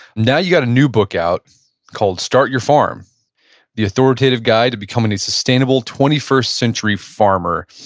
now you've got a new book out called start your farm the authoritative guide to becoming a sustainable twenty first century farmer.